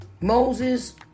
Moses